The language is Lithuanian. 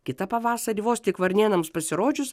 kitą pavasarį vos tik varnėnams pasirodžius